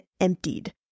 emptied